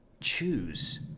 choose